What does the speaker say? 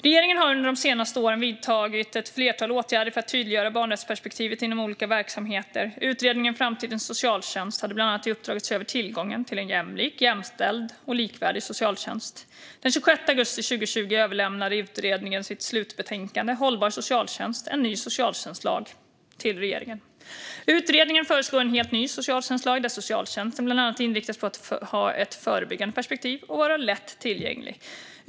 Regeringen har under de senaste åren vidtagit ett flertal åtgärder för att tydliggöra barnrättsperspektivet inom olika verksamheter. Utredningen Framtidens socialtjänst hade bland annat i uppdrag att se över tillgången till en jämlik, jämställd och likvärdig socialtjänst. Den 26 augusti 2020 överlämnade utredningen sitt slutbetänkande Hållbar socialtjänst - E n ny socialtjänstlag till regeringen. Utredningen föreslår en helt ny socialtjänstlag där socialtjänsten bland annat inriktas på att ha ett förebyggande perspektiv och vara lätt tillgänglig.